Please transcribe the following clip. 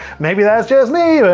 maybe that's just me,